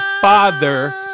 father